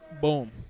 Boom